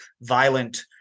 violent